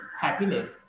happiness